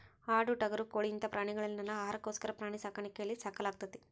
ಆಡು ಟಗರು ಕೋಳಿ ಇಂತ ಪ್ರಾಣಿಗಳನೆಲ್ಲ ಆಹಾರಕ್ಕೋಸ್ಕರ ಪ್ರಾಣಿ ಸಾಕಾಣಿಕೆಯಲ್ಲಿ ಸಾಕಲಾಗ್ತೇತಿ